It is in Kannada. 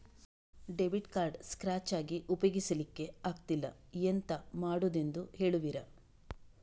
ಡೆಬಿಟ್ ಕಾರ್ಡ್ ಸ್ಕ್ರಾಚ್ ಆಗಿ ಉಪಯೋಗಿಸಲ್ಲಿಕ್ಕೆ ಆಗ್ತಿಲ್ಲ, ಎಂತ ಮಾಡುದೆಂದು ಹೇಳುವಿರಾ?